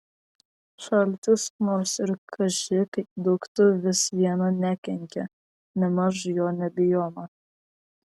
šaltis nors ir kaži kaip dūktų vis viena nekenkia nėmaž jo nebijoma